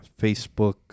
facebook